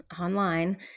online